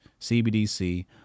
CBDC